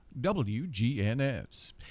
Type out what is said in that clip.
wgns